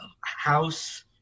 house